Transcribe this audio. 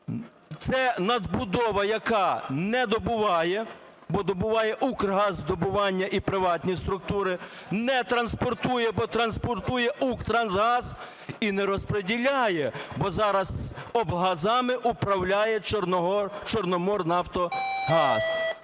Це надбудова, яка не добуває, бо добуває Укргазвидобування і приватні структури, не транспортує або транспортує Укртрансгаз і не розподіляє, бо зараз облгазами управляє Чорноморнафтогаз.